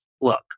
look